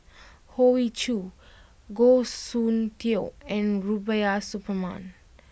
Hoey Choo Goh Soon Tioe and Rubiah Suparman